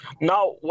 now